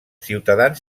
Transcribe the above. ciutadans